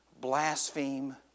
blaspheme